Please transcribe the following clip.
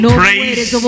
praise